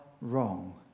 wrong